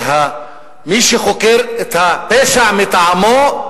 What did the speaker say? ומי שחוקר את הפשע מטעמו,